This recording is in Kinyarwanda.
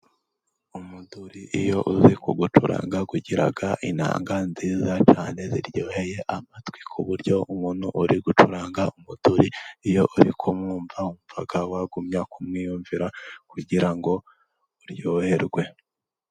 Umuduri iyo uzi kuwucuranga ugira inanga nziza cyane ziryoheye amatwi, ku buryo umuntu uri gucuranga umuduri, iyo uri kumwumva wumva wagumya kumwiyumvira, kugira ngo uryoherwe.